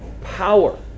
Power